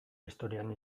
historian